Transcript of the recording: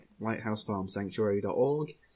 lighthousefarmsanctuary.org